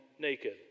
naked